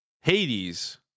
Hades